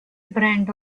brand